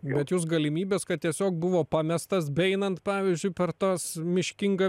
bet jūs galimybės kad tiesiog buvo pamestas beeinant pavyzdžiui per tas miškingą